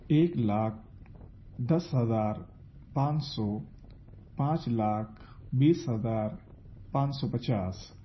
ایک لاکھ دس ہزار پانچ سو پانچ لاکھ بیس ہزار پانچ سو پچاس